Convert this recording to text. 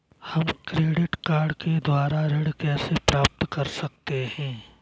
हम credit card के द्वारा ऋण कैसे प्राप्त कर सकते हैं?